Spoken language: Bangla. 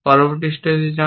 পরবর্তী স্টেটে যান